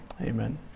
Amen